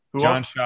John